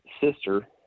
sister